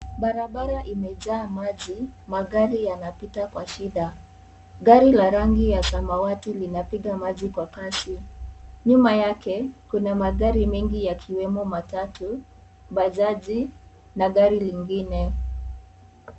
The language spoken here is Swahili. Barabara imejaa maji magari yanapita kwa shida. Gari la rangi la samawati linapiga maji kwa kasi. Nyuma yake kuna magari mengi yakiwemo matatu, bajaji na gari lingine.